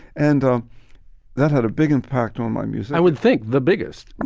and that had a big impact on my music i would think the biggest.